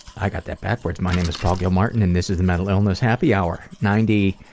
i got that backwards. my name is paul gilmartin and this is the mental illness happy hour. ninety,